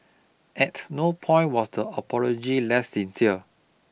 at no point was the apology less sincere